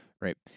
Right